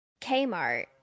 Kmart